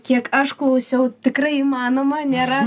kiek aš klausiau tikrai įmanoma nėra